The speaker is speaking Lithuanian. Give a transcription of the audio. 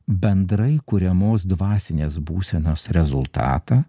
bendrai kuriamos dvasinės būsenos rezultatą